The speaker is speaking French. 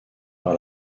par